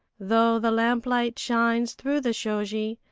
though the lamplight shines through the shoji,